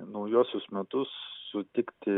naujuosius metus sutikti